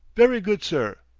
very good, sir.